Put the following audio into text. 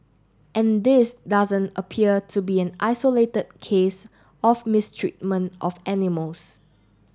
and this doesn't appear to be an isolated case of mistreatment of animals